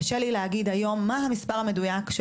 קשה לי להגיד היום מה המספר המדויק של